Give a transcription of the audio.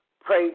pray